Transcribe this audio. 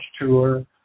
tour